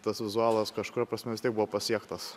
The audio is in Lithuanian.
tas vizualas kažkuria prasme vis tiek buvo pasiektas